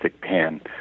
pan